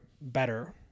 better